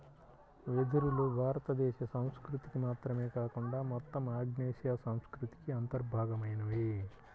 వెదురులు భారతదేశ సంస్కృతికి మాత్రమే కాకుండా మొత్తం ఆగ్నేయాసియా సంస్కృతికి అంతర్భాగమైనవి